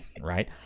Right